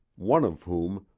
one of whom,